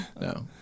no